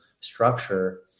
structure